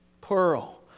pearl